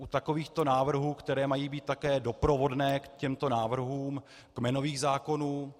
U takovýchto návrhů, které mají být také doprovodné k těmto návrhům kmenových zákonů.